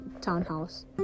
townhouse